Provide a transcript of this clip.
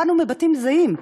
באנו מבתים זהים.